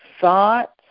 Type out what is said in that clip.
thoughts